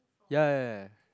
ya ya